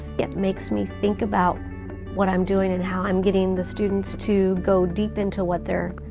it makes me think about what i'm doing and how i'm getting the students to go deep into what they're